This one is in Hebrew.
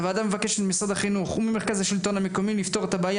הוועדה מבקשת ממשרד החינוך וממרכז השלטון המקומי לפתור את הבעיה